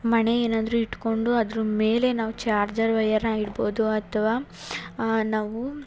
ಮಣೆ ಏನಾದರು ಇಟ್ಕೊಂಡು ಅದರ ಮೇಲೆ ನಾವು ಚಾರ್ಜರ್ ವೈಯರ್ನ ಇಡ್ಬೋದು ಅಥ್ವಾ ನಾವು